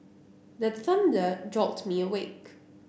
the thunder jolt me awake